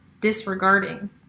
disregarding